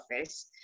office